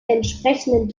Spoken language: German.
entsprechenden